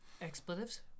Expletives